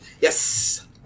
Yes